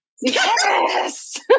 Yes